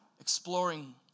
exploring